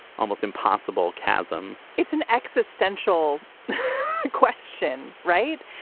almost impossible chasm it's an existential question. right,